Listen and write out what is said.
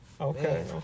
okay